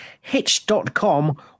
Hitch.com